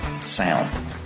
sound